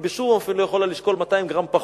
היא בשום אופן לא יכולה לשקול 200 גרם פחות,